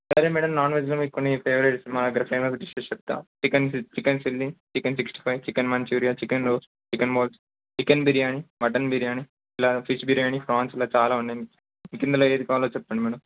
సరే madam non వెజ్లో మీకు కొన్నిఫేవరేట్స్ మా దగ్గర ఫేమస్ డిషెస్ చెప్తాను chicken chicken chilli chicken sixty five chicken manchurian chicken roast chicken మోజ్ చికెన్ బిర్యానీ మటన్ బిర్యానీ ఇలా ఫిష్ బిర్యానీ ప్రాన్స్ ఇలా చాలా ఉన్నాయి ఇందులో ఏది కావాలో చెప్పండి మ్యాడమ్